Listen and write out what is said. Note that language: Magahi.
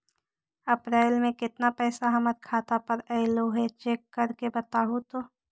अप्रैल में केतना पैसा हमर खाता पर अएलो है चेक कर के बताहू तो?